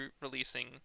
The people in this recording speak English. releasing